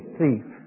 thief